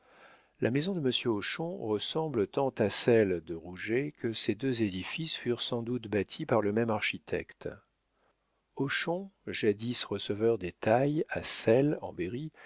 la maison de monsieur hochon ressemble tant à celle de rouget que ces deux édifices furent sans doute bâtis par le même architecte hochon jadis receveur des tailles à selles